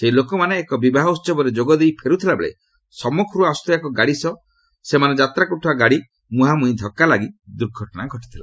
ସେହି ଲୋକମାନେ ଏକ ବିବାହ ଉସବରେ ଯୋଗଦେଇ ଫେରୁଥିବାବେଳେ ସମ୍ମୁଖରୁ ଆସୁଥିବା ଏକ ଗାଡ଼ି ସହ ସେମାନେ ଯାତ୍ରା କରୁଥିବା ଗାଡ଼ିର ମୁହାଁମୁହିଁ ଧକ୍କା ଲାଗି ଦୁର୍ଘଟଣା ଘଟିଥିଲା